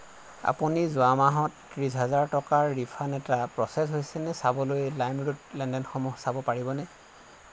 আপুনি যোৱা মাহত ত্ৰিশ হাজাৰ টকাৰ ৰিফাণ্ড এটা প্ৰ'চেছ হৈছে নে চাবলৈ লাইমৰোড লেনদেনসমূহ চাব পাৰিবনে